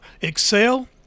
excel